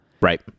Right